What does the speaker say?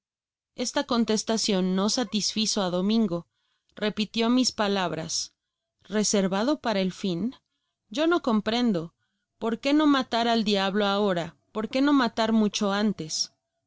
esta contestacion no satisfizo á domingo repitió mis palabras reservado para el fin yo no comprendo por qué no matar al diablo ahora por qué no matar mucho antes